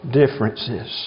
differences